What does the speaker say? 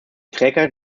trägheit